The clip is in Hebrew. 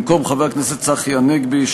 במקום חבר הכנסת צחי הנגבי,